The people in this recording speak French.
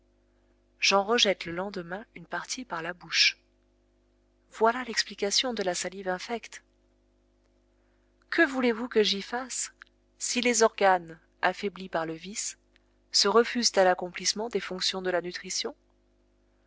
j'en rejette le lendemain une partie par la bouche voilà l'explication de la salive infecte que voulez-vous que j'y fasse si les organes affaiblis par le vice se refusent à l'accomplissement des fonctions de la nutrition